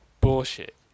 Bullshit